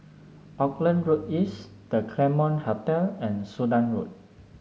Auckland Road East The Claremont Hotel and Sudan Road